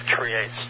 creates